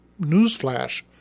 newsflash